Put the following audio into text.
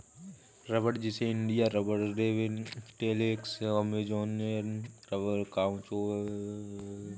रबड़, जिसे India rubber, latex, Amazonian rubber, caucho, या काउचौक भी कहा जाता है